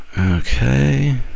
okay